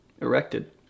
erected